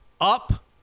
up